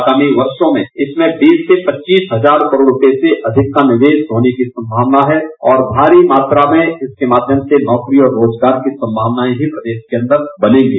आगामी वर्षों में इसमें बीस से पच्चीस हजार करोड़ रूपये से अधिकतम निवेस होने की सम्मावना है और भारी मात्रा में इसके माध्यम से नौकरी और रोजगार की सम्मावनायें हैं प्रदेश के अंदर बनेंगे